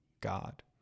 God